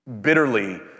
Bitterly